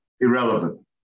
Irrelevant